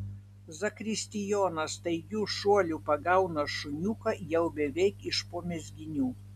zakristijonas staigiu šuoliu pagauna šuniuką jau beveik iš po mezginių